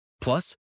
Plus